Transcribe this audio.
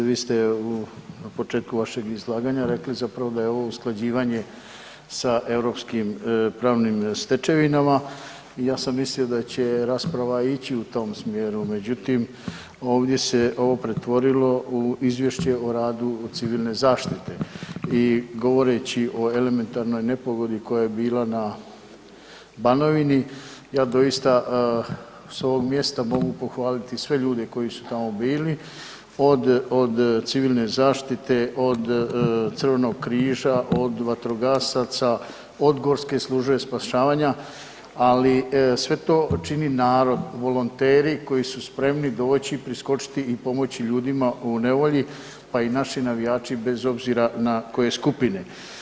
Vi ste na početku vašeg izlaganja rekli da je ovo usklađivanje sa europskim pravnim stečevinama i ja sam mislio da će rasprava ići u tom smjeru, međutim ovdje se ovdje pretvorilo u izvješće o radu civilne zaštite i govoreći o elementarnoj nepogodi koja je bila na Banovini ja doista s ovog mjesta mogu pohvaliti sve ljude koji su tamo bili, od civilne zaštite, od crvenog križa, od vatrogasaca, od gorske službe spašavanja, ali sve to čini narod, volonteri koji su spremni doći i priskočiti i pomoći ljudima u nevolji pa i naši navijači bez obzira na koje skupine.